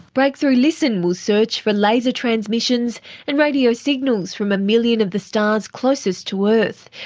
breakthrough listen will search for laser transmissions and radio signals from a million of the stars closest to earth.